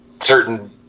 certain